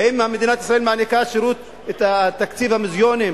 האם מדינת ישראל מעניקה את תקציב המיליונים